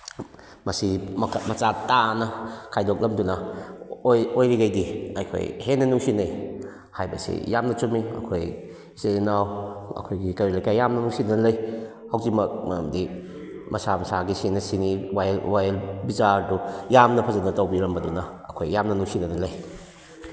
ꯃꯁꯤ ꯃꯆꯥ ꯇꯥꯅ ꯈꯥꯏꯗꯣꯛꯂꯝꯗꯨꯅ ꯑꯣꯏꯔꯤꯉꯩꯒꯤ ꯑꯩꯈꯣꯏ ꯍꯦꯟꯅ ꯅꯨꯡꯁꯤꯅꯩ ꯍꯥꯏꯕꯁꯤ ꯌꯥꯝꯅ ꯆꯨꯝꯃꯤ ꯑꯩꯈꯣꯏ ꯏꯆꯤꯜ ꯏꯅꯥꯎ ꯑꯩꯈꯣꯏꯒꯤ ꯀꯩꯔꯣꯏ ꯂꯩꯀꯥꯏ ꯌꯥꯝꯅ ꯅꯨꯡꯁꯤꯅꯅ ꯂꯩ ꯍꯧꯖꯤꯛꯃꯛ ꯃꯔꯝꯗꯤ ꯃꯁꯥ ꯃꯁꯥꯒꯤ ꯁꯤꯅ ꯁꯤꯅꯤ ꯋꯥꯌꯦꯜ ꯋꯥꯌꯦꯜ ꯕꯤꯆꯥꯔꯗꯨ ꯌꯥꯝꯅ ꯐꯖꯅ ꯇꯧꯕꯤꯔꯝꯕꯗꯨꯅ ꯑꯩꯈꯣꯏ ꯌꯥꯝꯅ ꯅꯨꯡꯁꯤꯅꯅ ꯂꯩ